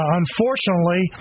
unfortunately